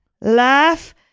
Laugh